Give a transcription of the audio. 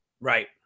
Right